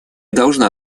должна